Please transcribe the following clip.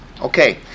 Okay